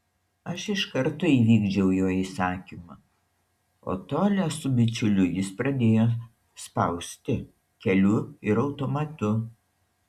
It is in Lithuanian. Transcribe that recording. aš iš karto įvykdžiau jo įsakymą o tolią su bičiuliu jis pradėjo spausti keliu ir automatu